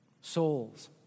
Souls